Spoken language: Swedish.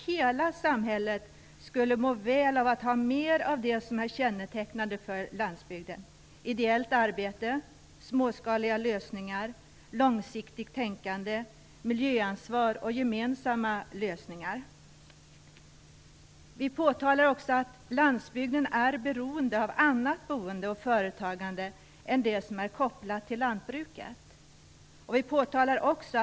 Landsbygden är beroende av annat boende och företagande än det som är kopplat till lantbruket.